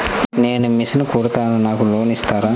నేను మిషన్ కుడతాను నాకు లోన్ ఇస్తారా?